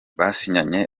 basinyanye